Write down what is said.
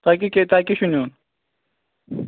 تۄہہِ کیٛاہ کیٛاہ تۄہہِ کیٛاہ چھُ نِیُن